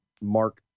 Mark